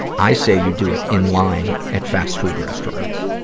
i say you do it in line at fast-food restaurants.